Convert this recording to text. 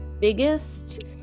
biggest